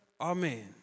Amen